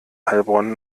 heilbronn